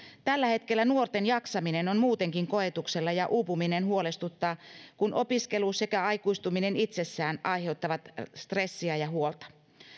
tällä hetkellä nuorten jaksaminen on muutenkin koetuksella ja uupuminen huolestuttaa kun opiskelu sekä aikuistuminen itsessään aiheuttavat stressiä ja huolta